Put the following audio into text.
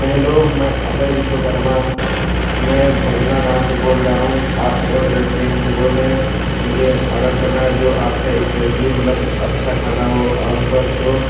hello मैं अभय विश्वकर्मा मैं वरुणा गाँव से बोल रहा हूँ आप एवं रेस्टोरेंट से बोल रहें मुझे ऑर्डर करना है जो आपके यहाँ स्पेशली मतलब अच्छा खाना हो और स्वच्छ हो